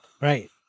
right